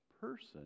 person